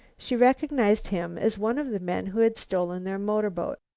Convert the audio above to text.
she recognized him as one of the men who had stolen their motorboat.